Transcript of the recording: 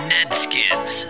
Nedskins